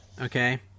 okay